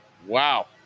Wow